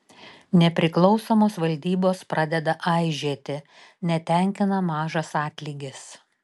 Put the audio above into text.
nepriklausomos valdybos pradeda aižėti netenkina mažas atlygis